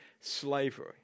slavery